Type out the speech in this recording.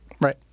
Right